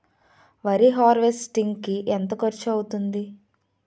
వరి హార్వెస్టింగ్ కి ఎంత ఖర్చు అవుతుంది?